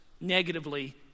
negatively